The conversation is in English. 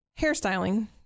hairstyling